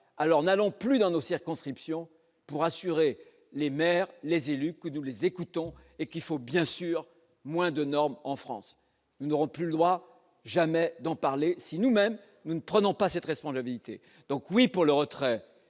alors n'allons plus dans nos circonscriptions pour assurer les maires, les élus que nous les écoutons et qu'il faut bien sûr moins de normes en France n'auront plus droit jamais d'en parler si nous-mêmes nous ne prenons pas cette responsabilité, donc oui pour le retrait